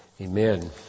Amen